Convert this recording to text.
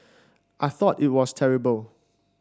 I thought it was terrible